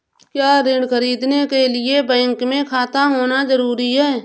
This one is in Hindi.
क्या ऋण ख़रीदने के लिए बैंक में खाता होना जरूरी है?